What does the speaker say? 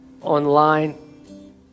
online